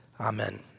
Amen